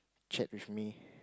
chat with me